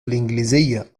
الإنجليزية